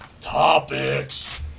topics